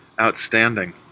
outstanding